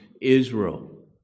Israel